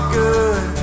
good